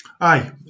Aye